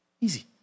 Easy